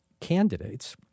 candidates